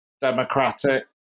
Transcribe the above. democratic